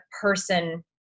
person